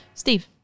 Steve